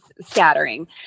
scattering